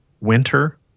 winter